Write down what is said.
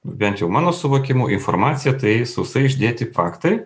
bent jau mano suvokimu informacija tai sausai išdėti faktai